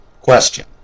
Question